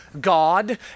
God